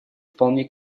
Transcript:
вполне